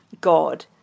God